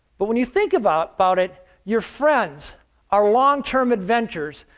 but when you think about about it, your friends are long-term adventures,